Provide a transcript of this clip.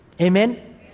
Amen